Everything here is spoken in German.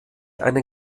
einen